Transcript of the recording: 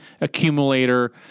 accumulator